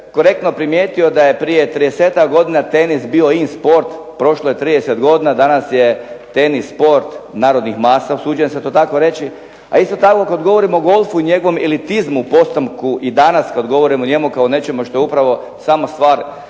korektno primijetio da je prije 30-ak godina tenis bio in sport, prošlo je 30 godina, danas je tenis sport narodnih masa usuđujem se to tako reći, a isto tako kad govorimo o golfu i njegovom elitizmu …/Ne razumije se./… i danas kad govorim o njemu kao nečemu što je upravo sama stvar